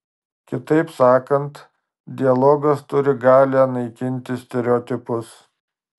kitaip sakant dialogas turi galią naikinti stereotipus